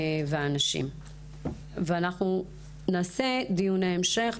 ואנחנו נעשה דיון המשך.